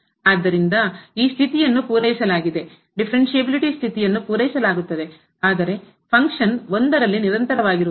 ಆದ್ದರಿಂದ ಈ ಸ್ಥಿತಿಯನ್ನು ಪೂರೈಸಲಾಗಿದೆ ಡಿಫರೆನ್ಟಿಬಿಲಿಟಿ ಸ್ಥಿತಿಯನ್ನು ಪೂರೈಸಲಾಗುತ್ತದೆ ಆದರೆ ಫಂಕ್ಷನ್ ಕಾರ್ಯವು 1 ರಲ್ಲಿ ನಿರಂತರವಾಗಿರುವುದಿಲ್ಲ